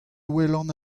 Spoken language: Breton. welan